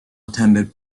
attended